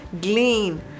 glean